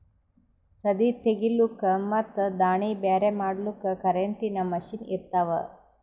ಸದೀ ತೆಗಿಲುಕ್ ಮತ್ ದಾಣಿ ಬ್ಯಾರೆ ಮಾಡಲುಕ್ ಕರೆಂಟಿನ ಮಷೀನ್ ಇರ್ತಾವ